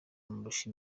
amurusha